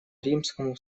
римскому